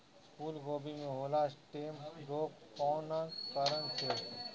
फूलगोभी में होला स्टेम रोग कौना कारण से?